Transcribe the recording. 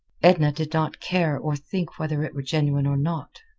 edna did not care or think whether it were genuine or not.